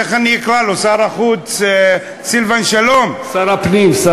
החוץ סילבן שלום, שר הפנים.